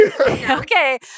Okay